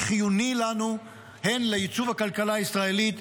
החיוני לנו הן לייצוג הכלכלה הישראלית,